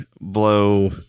blow